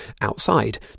outside